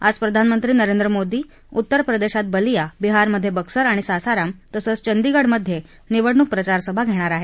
आज प्रधानमंत्री नरेंद्र मोदी उत्तर प्रदेशात बालिया बिहारमधे बक्सर आणि सासाराम तसंच चंदिगडमधे निवडणूक प्रचारसभा घेणार आहेत